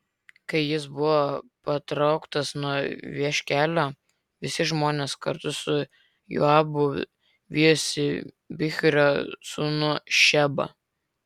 kai jis buvo patrauktas nuo vieškelio visi žmonės kartu su joabu vijosi bichrio sūnų šebą